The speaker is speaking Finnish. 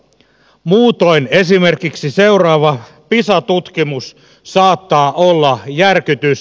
muutoin esimerkiksi seuraava pisa tutkimus saattaa olla järkytys